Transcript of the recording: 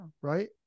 Right